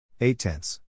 Eight-tenths